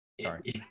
Sorry